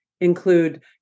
include